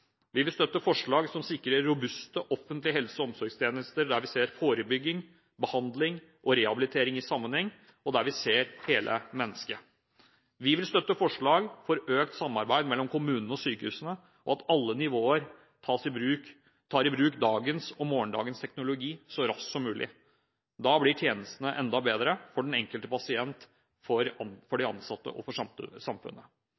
Vi vil støtte forslag som sikrer robuste offentlige helse- og omsorgstjenester der vi ser forebygging, behandling og rehabilitering i sammenheng – og der vi ser hele mennesket. Vi vil støtte forslag for økt samarbeid mellom kommunene og sykehusene, og at alle nivåer tar i bruk dagens og morgendagens teknologi så raskt som mulig. Da blir tjenestene enda bedre – for den enkelte pasient, for de ansatte og for samfunnet.